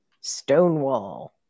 Stonewall